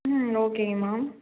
ம் ஓகேங்க மேம்